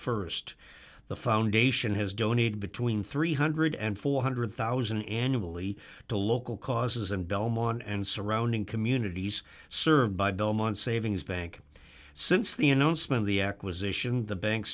the st the foundation has donated between thirty million four hundred thousand annually to local causes and belmont and surrounding communities served by belmont savings bank since the announcement of the acquisition the bank